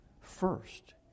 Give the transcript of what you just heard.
First